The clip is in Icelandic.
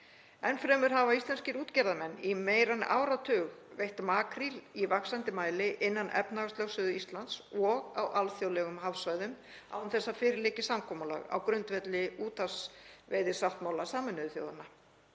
Enn fremur hafa íslenskir útgerðarmenn í meira en áratug veitt makríl í vaxandi mæli innan efnahagslögsögu Íslands og á alþjóðlegum hafsvæðum án þess að fyrir liggi samkomulag á grundvelli úthafsveiðisáttmála Sameinuðu þjóðanna.